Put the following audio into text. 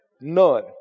None